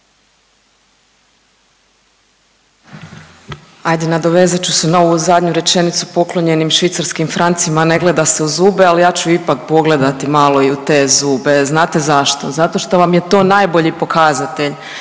Ajde nadovezat ću se na ovu zadnju rečenicu poklonjenim švicarskim francima ne gleda se u zube, ali ja ću ipak pogledati malo i u te zube. Znate zašto? Zato što vam je to najbolji pokazatelj